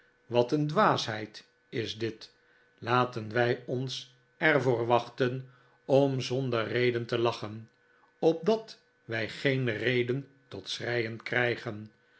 wat een dwaasheid is dit laten wij ons er voor wachten om zonder reden te lachen opdat wij geen reden tot schreien krijgen